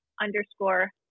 underscore